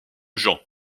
jean